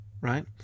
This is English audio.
right